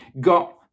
got